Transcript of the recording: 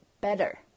better